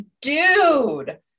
dude